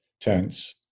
tense